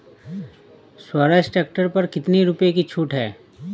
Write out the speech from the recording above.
Swaraj tractor पर कितनी रुपये की छूट है?